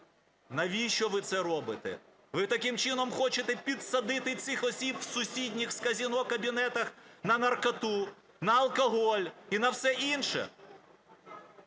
Навіщо ви це робите? Ви таким чином хочете підсадити цих осіб сусідніх з казино кабінетах на наркоту, на алкоголь і на все інше?